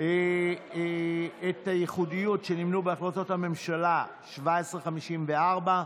את היחידות שנמנו בהחלטת ממשלה 1754,